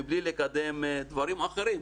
מבלי לקדם דברים אחרים,